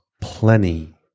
plenty